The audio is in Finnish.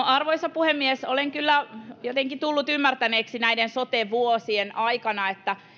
arvoisa puhemies olen kyllä jotenkin tullut ymmärtäneeksi näiden sote vuosien aikana